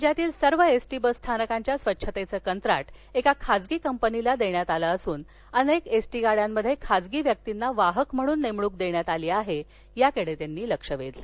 राज्यातील सर्व S T bus स्थानकांच्या स्वच्छतेच कंत्राट एका खाजगी कंपनीला देण्यात आलं असून अनेक एस टी गाड्यांमध्ये खाजगी व्यक्तींना वाहक म्हणून नेमणूक देण्यात आली आहे याकडे त्यांनी लक्ष वेधलं